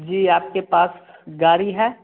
जी आपके पास गाड़ी है